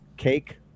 cake